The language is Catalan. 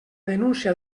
denúncia